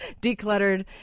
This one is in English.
Decluttered